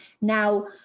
now